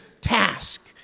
task